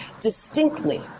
distinctly